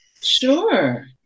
Sure